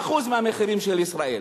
30% מהמחירים בישראל.